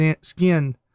skin